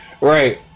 Right